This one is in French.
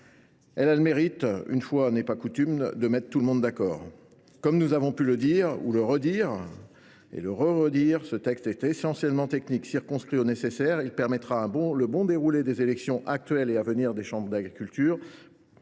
Elle a le mérite, une fois n’est pas coutume, de mettre tout le monde d’accord. Comme nous l’avons souligné à de multiples reprises, ce texte est essentiellement technique. Circonscrit au nécessaire, il permettra le bon déroulé des élections actuelles et à venir dans les chambres d’agriculture,